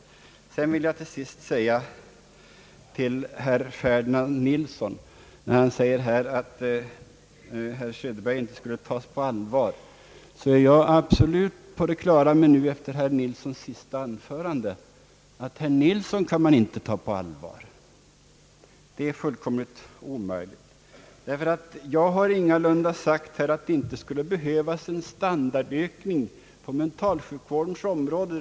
När herr Ferdinand Nilsson säger att herr Söderberg inte skulle tas på allvar vill jag till sist säga att jag, efter herr Nilssons senaste anförande, är absolut på det klara med att herr Nilsson kan man inte ta på allvar. Det är fullkomligt omöjligt, därför att jag har ingalunda sagt att det inte skulle behövas en standardökning inom mentalsjukvårdens område.